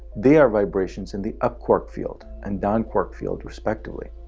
they are vibrations in the up quark field, and down quark field, respectively.